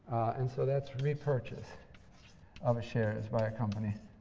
and so that's repurchase of shares by a company.